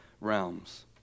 realms